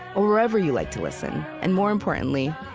or wherever you like to listen. and more importantly,